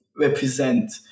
represent